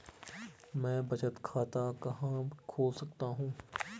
मैं बचत खाता कहां खोल सकता हूँ?